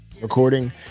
recording